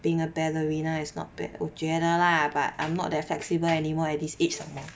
being a ballerina is not bad 我觉得 lah but I'm not that flexible anymore at this age some more